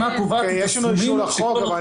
יש לי שאלות גם ליוצר וגם למנכ"ל המשרד.